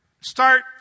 start